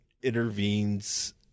intervenes